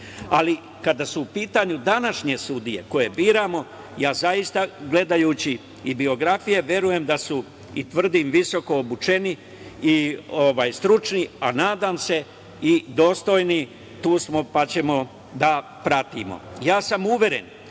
kada su u pitanju današnje sudije koje biramo, zaista, gledajući i biografije, verujem i tvrdim da su visokoobučeni i stručni, a nadam se i dostojni. Tu smo, pa ćemo da pratimo. Ja sam uveren